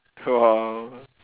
!wow!